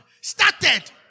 Started